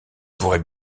pourrait